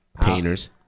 painters